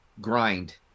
grind